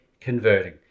converting